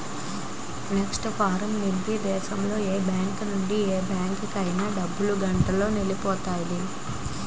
NEFT form నింపి దేశంలో ఏ బ్యాంకు నుంచి ఏ బ్యాంక్ అయినా డబ్బు గంటలోనెల్లిపొద్ది